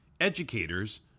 educators